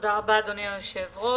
תודה רבה, אדוני היושב-ראש.